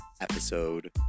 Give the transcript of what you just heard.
episode